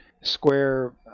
square